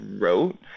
wrote